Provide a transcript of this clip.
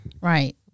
Right